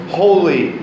holy